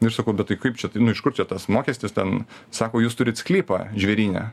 nu ir sakau bet tai kaip čiat nu iš kur čia tas mokestis ten sako jūs turit sklypą žvėryne